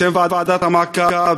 בשם ועדת המעקב,